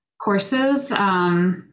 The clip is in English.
courses